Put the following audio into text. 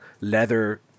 leather